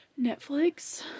Netflix